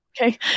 Okay